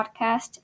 podcast